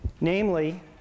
Namely